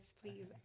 please